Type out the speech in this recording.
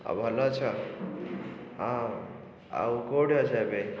ଆଉ ଭଲ ଅଛ ହଁ ଆଉ କେଉଁଠି ଅଛ ଏବେ